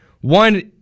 one